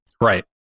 Right